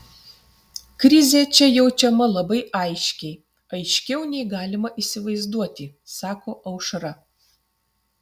krizė čia jaučiama labai aiškiai aiškiau nei galima įsivaizduoti sako aušra